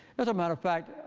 as a matter of fact,